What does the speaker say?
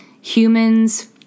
humans